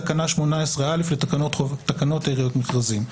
תקנה 18א לתקנות העיריות (מכרזים).